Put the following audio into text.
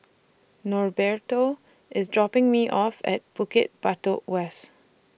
Norberto IS dropping Me off At Bukit Batok West